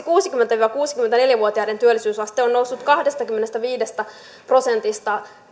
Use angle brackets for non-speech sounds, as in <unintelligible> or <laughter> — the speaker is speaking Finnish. <unintelligible> kuusikymmentä viiva kuusikymmentäneljä vuotiaiden työllisyysaste on noussut kahdestakymmenestäviidestä prosentista